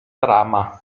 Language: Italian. trama